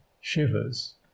shivers